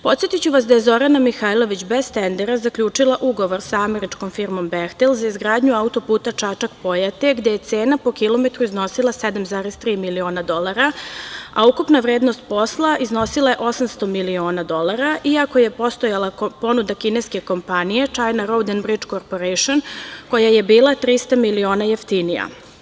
Podsetiću vas da je Zorana Mihajlović bez tendera zaključila ugovor sa američkom firmom „Behtel“ za izgradnju auto-puta Čačak – Pojate, gde je cena po kilometru iznosila 7,3 miliona dolara, a ukupna vrednost posla iznosila je 800 miliona dolara, iako je postojala ponuda kineske kompanije China road and bridge corporation koja je bila 300 miliona jeftinija.